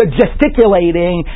gesticulating